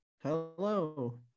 hello